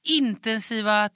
intensiva